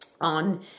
on